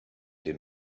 den